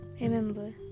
Remember